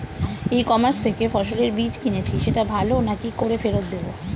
ই commerce থেকে ফসলের বীজ কিনেছি সেটা ভালো না কি করে ফেরত দেব?